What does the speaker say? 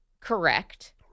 correct